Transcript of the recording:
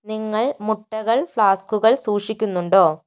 നിങ്ങൾ മുട്ടകൾ ഫ്ലാസ്കുകൾ സൂക്ഷിക്കുന്നുണ്ടോ